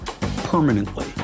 Permanently